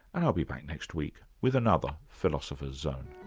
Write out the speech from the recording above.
and i'll be back next week with another philosopher's zone